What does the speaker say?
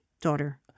daughter